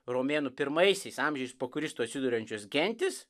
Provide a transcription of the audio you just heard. romėnų pirmaisiais amžiais po kristu atsiduriančios gentys